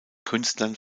künstlern